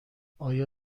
آیا